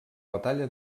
batalla